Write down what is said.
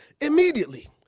Immediately